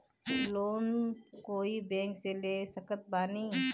Loan कोई bank से ले सकत बानी?